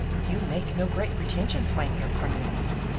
you make no great pretensions, mynheer cornelius.